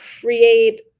create